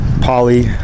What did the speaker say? Polly